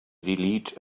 delete